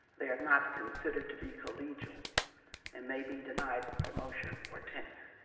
they are not considered to be collegial and may be denied promotion or tenure.